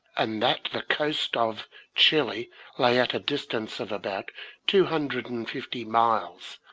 and that the coast of chili lay at a distance of about two hundred and fifty miles.